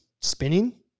spinning